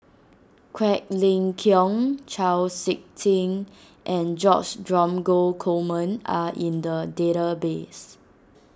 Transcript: Quek Ling Kiong Chau Sik Ting and George Dromgold Coleman are in the database